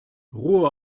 ruhe